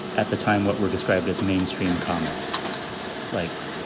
at the time what were described as mainstream comics like